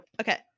Okay